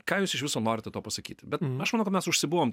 ką jūs iš viso norite tuo pasakyti bet aš manau mes užsibuvom